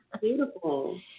Beautiful